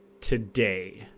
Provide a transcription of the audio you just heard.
today